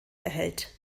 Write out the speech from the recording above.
erhält